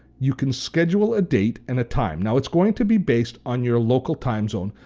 you can schedule a date and a time, now it's going to be based on your local time zone,